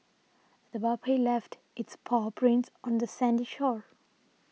the puppy left its paw prints on the sandy shore